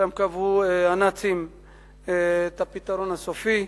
שם קבעו הנאצים את "הפתרון הסופי".